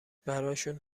براشون